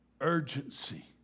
urgency